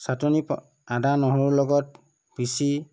ছাটনি আদা নহৰু লগত পিচি